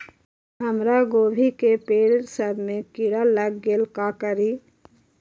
हमरा गोभी के पेड़ सब में किरा लग गेल का करी?